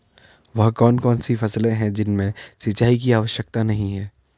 वह कौन कौन सी फसलें हैं जिनमें सिंचाई की आवश्यकता नहीं है?